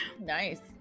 nice